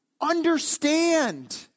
Understand